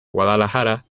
guadalajara